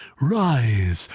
rise!